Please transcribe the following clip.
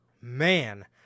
Man